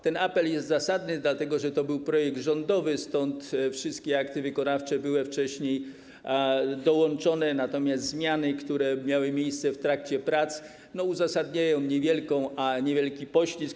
Ten apel jest zasadny, dlatego że to był projekt rządowy, stąd wszystkie akty wykonawcze były wcześniej dołączone, natomiast zmiany, które miały miejsce w trakcie prac, uzasadniają niewielki poślizg.